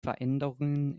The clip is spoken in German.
veränderungen